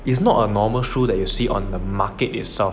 it's not a normal shoe that you see on the market itself